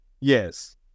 Yes